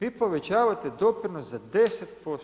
Vi povećavate doprinos za 10%